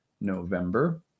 November